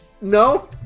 No